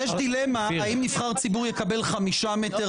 יש דילמה האם נבחר ציבור יקבל 5 מטר